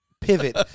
Pivot